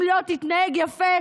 אם לא תתנהג יפה,